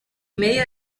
medio